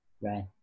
Right